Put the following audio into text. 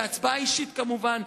בהצבעה אישית כמובן,